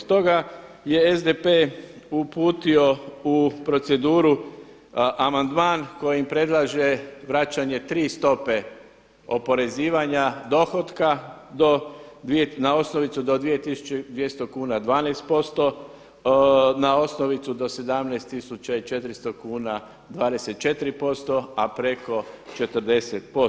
Stoga je SDP uputio u proceduru amandman kojim predlaže vraćanje tri stope oporezivanja dohotka na osnovicu do 2 200 kuna 12%, na osnovicu do 17 400 kuna 24%, a preko 40%